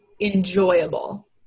enjoyable